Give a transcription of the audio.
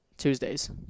Tuesdays